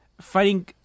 fighting